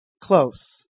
close